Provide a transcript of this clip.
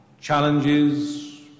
challenges